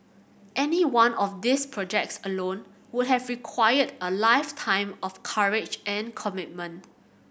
any one of these projects alone would have required a lifetime of courage and commitment